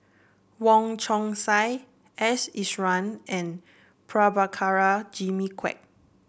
Wong Chong Sai S Iswaran and Prabhakara Jimmy Quek